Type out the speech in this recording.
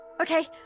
Okay